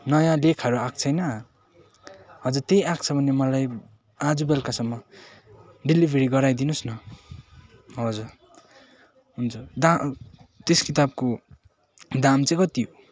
नयाँ लेखहरू आएको छैन हजुर त्यही आएको छ भने मलाई आज बेलुकासम्म डेलिभरी गराइदिनुस् न हजुर हुन्छ दा त्यस किताबको दाम चाहिँ कति हो